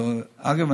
ואגב,